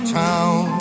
town